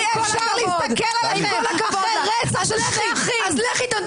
אז לכי.